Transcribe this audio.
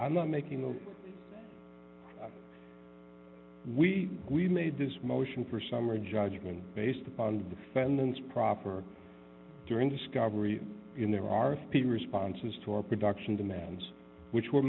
i'm not making the we we made this motion for summary judgment based upon defendant's proper during discovery in there are speed responses to our production demands which were